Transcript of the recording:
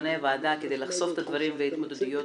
לדיוני ועדה כדי לחשוף את הדברים וההתמודדויות,